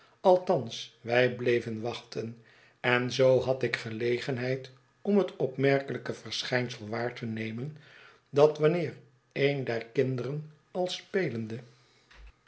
althans wij bleven wacbten en zoo had ik gelegenheid om het opmerkelijke verschijnsel waar te nemen dat wanneer een der kinderen al spelende